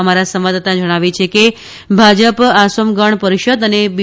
અમારા સંવાદદાતા જણાવે છે કે ભાજપ આસોમ ગણ પરિષદ અને બી